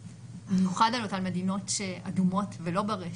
במיוחד על מדינות אדומות שהן לא ברשימה.